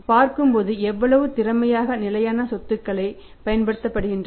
பார்க்கும்போது எவ்வளவு திறமையாக நிலையான சொத்துக்களைப் பயன்படுத்தப்படுகின்றன